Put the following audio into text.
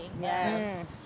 Yes